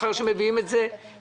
לאחר שמביאים את זה לממשלה,